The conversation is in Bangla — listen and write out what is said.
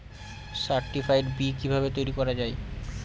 সার্টিফাইড বি কিভাবে তৈরি করা যায়?